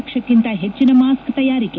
ಲಕ್ಷಕ್ಕಿಂತ ಹೆಚ್ಚಿನ ಮಾಸ್ಕ್ ತಯಾರಿಕೆ